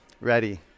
ready